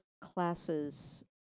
classes